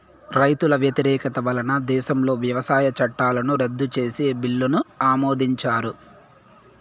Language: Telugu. రైతుల వ్యతిరేకత వలన దేశంలో వ్యవసాయ చట్టాలను రద్దు చేసే బిల్లును ఆమోదించారు